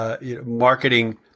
marketing